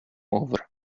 over